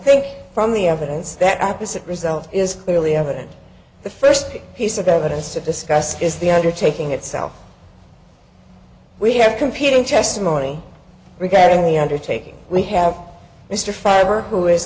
think from the evidence that opposite result is clearly evident the first piece of evidence to discuss is the undertaking itself we have competing testimony regarding any undertaking we have mr fiber who is